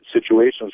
situations